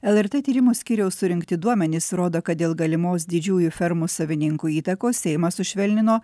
lrt tyrimų skyriaus surinkti duomenys rodo kad dėl galimos didžiųjų fermų savininkų įtakos seimas sušvelnino